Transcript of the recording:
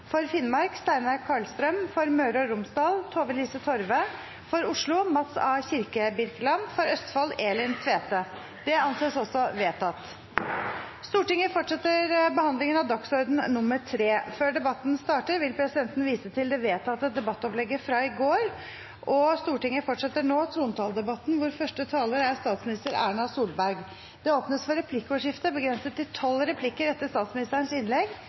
for å møte i permisjonstiden: For Finnmark fylke: Steinar Karlstrøm For Møre og Romsdal: Tove-Lise Torve For Oslo: Mats A. Kirkebirkeland For Østfold: Elin Tvete Man fortsatte behandlingen av Før debatten starter, vil presidenten vise til debattopplegget fra i går, og Stortinget fortsetter nå trontaledebatten, hvor første taler er statsminister Erna Solberg. Det åpnes for replikkordskifte begrenset til tolv replikker etter statsministerens innlegg.